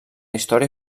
història